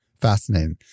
Fascinating